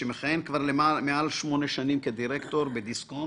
הוא מכהן כבר מעל שמונה שנים כדירקטור בדיסקונט.